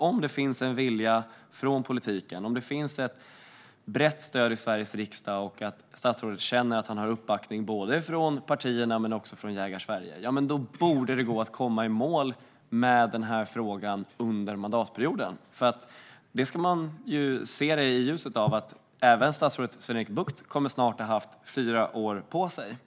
Om det finns en vilja från politiken och ett brett stöd i Sveriges riksdag och om statsrådet känner att han har uppbackning både från partierna och från Jägarsverige borde det gå att komma i mål med den här frågan under mandatperioden. Man ska ju se detta i ljuset av att även statsrådet SvenErik Bucht snart kommer att ha haft fyra år på sig.